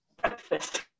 breakfast